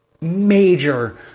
major